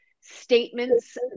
statements